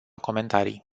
comentarii